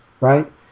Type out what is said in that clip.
right